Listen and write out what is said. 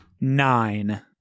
Nine